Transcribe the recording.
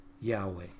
Yahweh